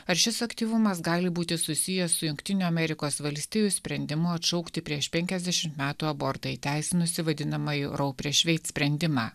ar šis aktyvumas gali būti susijęs su jungtinių amerikos valstijų sprendimu atšaukti prieš penkiasdešim metų abortą įteisinusį vadinamąjį rau prieš veid sprendimą